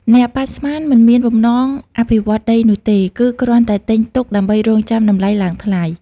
អ្នកប៉ាន់ស្មាន មិនមានបំណងអភិវឌ្ឍដីនោះទេ គឺគ្រាន់តែទិញទុកដើម្បីរង់ចាំតម្លៃឡើងថ្លៃ។